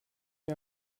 sie